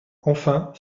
enfin